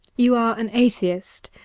you are an atheist,